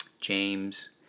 james